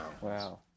wow